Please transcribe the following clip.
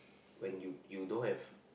when you you don't have